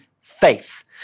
Faith